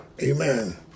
Amen